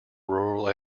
rural